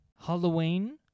Halloween